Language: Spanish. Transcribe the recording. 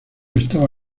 estaba